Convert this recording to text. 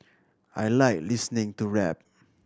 I like listening to rap